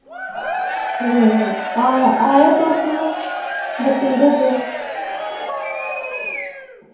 ते आ आयो तुस बच्चें भेजेओ